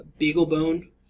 BeagleBone